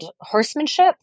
horsemanship